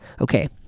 Okay